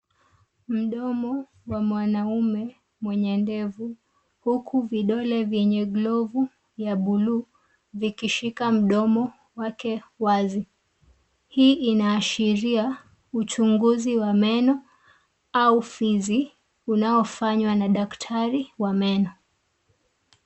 Mdomo wa mwanaume mwenye ndevu huku vidole vyenye glovu ya buluu ukishika mdomo wake wazi. Hii inaashiria uchunguzi wa meno au fizi unao fanywa na daktari wa meno.